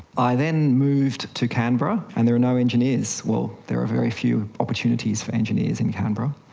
i then moved to canberra, and there are no engineers, well, there are very few opportunities for engineers in canberra.